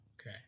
Okay